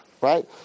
right